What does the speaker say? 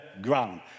ground